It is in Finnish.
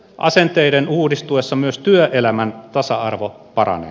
asenteiden uudistuessa myös työelämän tasa arvo paranee